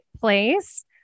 place